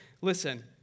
listen